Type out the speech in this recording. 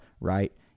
right